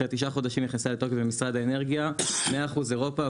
אחרי תשעה חודשים היא נכנסה לתוקף במשרד האנרגיה: 100% אירופה,